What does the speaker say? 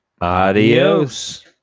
adios